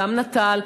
גם נט"ל,